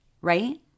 right